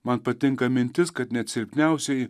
man patinka mintis kad net silpniausieji